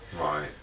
Right